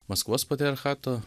maskvos patriarchato